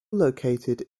located